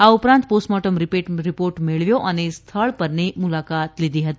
આ ઉપરાંત postmortem report મેળવ્યો અને સ્થળ પરની મુલાકાત લીધી હતી